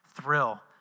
thrill